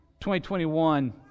2021